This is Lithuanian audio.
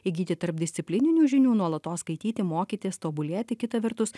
įgyti tarpdisciplininių žinių nuolatos skaityti mokytis tobulėti kita vertus